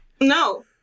No